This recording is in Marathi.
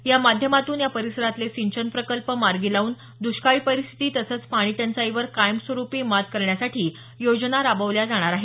या माध्यमातून या परीसरातले सिंचन प्रकल्प मार्गी लावून दुष्काळी परिस्थिती तसंच पाणीटंचाईवर कायमस्वरूपी मात करण्यासाठी योजना राबवल्या जाणार आहेत